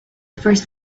first